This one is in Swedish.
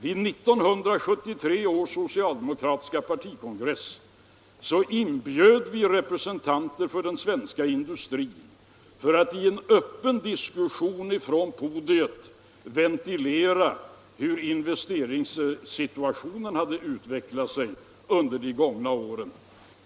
Vid 1973 års socialdemokratiska partikongress inbjöd vi representanter för den svenska industrin för att i en öppen diskussion från podiet ventilera hur investeringssituationen hade utvecklat sig under de gångna åren.